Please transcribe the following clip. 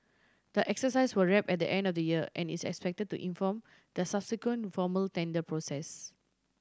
the exercise will wrap at the end of the year and is expected to inform the subsequent formal tender process